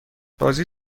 بازی